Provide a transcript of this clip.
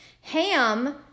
Ham